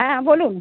হ্যাঁ বলুন